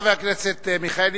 חבר הכנסת מיכאלי,